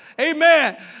amen